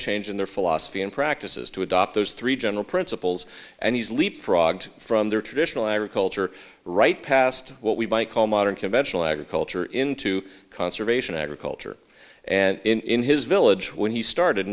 change in their philosophy and practices to adopt those three general principles and he's leapfrog from their traditional agriculture right past what we might call modern conventional agriculture into conservation agriculture and in his village when he started